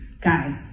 Guys